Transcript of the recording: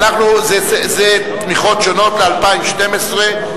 זה תמיכות שונות ל-2012,